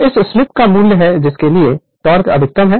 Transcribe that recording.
तो यह स्लीप का मूल्य है जिसके लिए टोक़ अधिकतम है